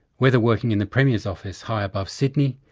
whether working in the premier's office high above sydney,